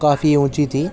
وہ کافی اونچی تھی